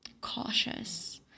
cautious